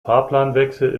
fahrplanwechsel